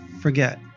forget